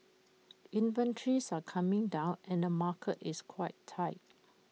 inventories are coming down and market is quite tight